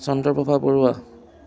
Chandraprabha Barua